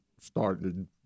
started